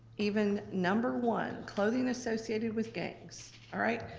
even number one, clothing associated with gangs.